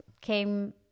came